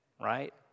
right